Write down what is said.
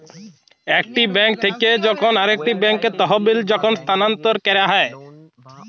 একটি বেঙ্ক থেক্যে যখন আরেকটি ব্যাঙ্কে তহবিল যখল স্থানান্তর ক্যরা হ্যয়